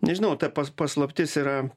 nežinau ta pas paslaptis yra